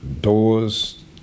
Doors